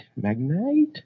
Magnite